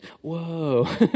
Whoa